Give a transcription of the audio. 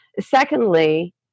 Secondly